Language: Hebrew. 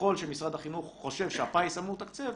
ככל שמשרד החינוך חושב שהפיס אמור לתקצב,